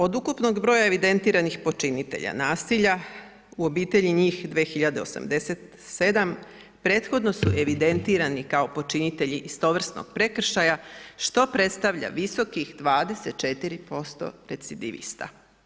Od ukupnog broja evidentiranih počinitelja nasilja u obitelji, njih 2087 prethodno su evidentirani kao počinitelji istovrsnog prekršaja što predstavlja visokih 24% recidivista.